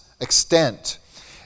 extent